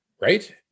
right